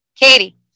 Katie